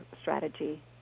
strategy